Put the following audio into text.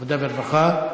עבודה ורווחה.